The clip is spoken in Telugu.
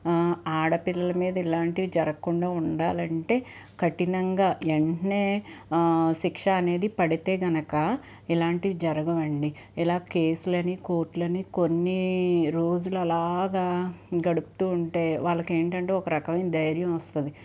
ఆడపిల్లల మీద ఇలాంటివి జరగకుండా ఉండాలంటే కఠినంగా వెంటనే శిక్ష అనేది పడితే కనుక ఇలాంటివి జరగవండి ఇలా కేసులని కోర్టులని కొన్ని రోజులు అలాగా గడుపుతూ ఉంటే వాళ్ళకేంటంటే ఒక రకమైన దైర్యం వస్తుంది